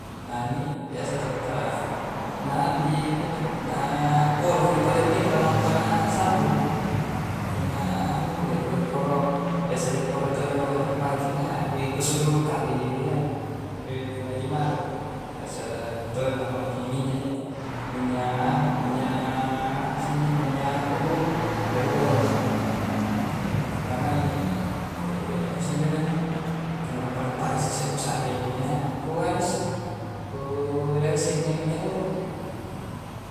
Na ni' biasa tappaa na anu ji pinjo, na polong ing pale ngindro na mpana sambung. Punna anu lekko-lekko'ro biasa lekko'ro to do mai ki nga re' kusuru ru kalle ji di anu, di pungajima do, biasa tollo makei minya'i to. Minya anu, minya apa si injo minya urru wa huwa ngi punna nganni apa injo renna kunna pare-pare sese'ku sarre'nya, kua iso, ku desse minya-minya urru.